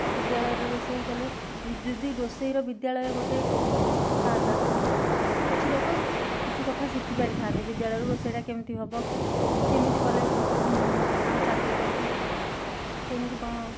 ବିଦ୍ୟାଳୟରେ ରୋଷେଇ କଲେ ଯଦି ରୋଷେଇର ବିଦ୍ୟାଳୟ ଗୋଟେ ଥାଆନ୍ତା କିଛି ଲୋକ କିଛି କଥା ଶିଖିପାରିଥାନ୍ତେ ବିଦ୍ୟାଳୟରୁ ରୋଷେଇଟା କେମିତି ହବ କି କେମିତି କଲେ ଆମେ ଚାକିରି କରିବୁ କେମିତି କ'ଣ